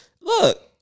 Look